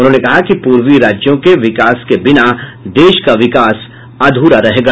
उन्होंने कहा कि पूर्वी राज्यों के विकास के बिना देश का विकास अधूरा रहेगा